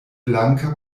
blanka